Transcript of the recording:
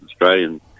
Australians